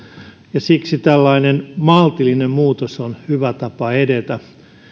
ja siksi tällainen maltillinen muutos on hyvä tapa edetä parempi